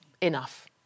enough